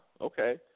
okay